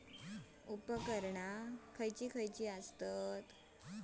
उपकरणे खैयची खैयची आसत?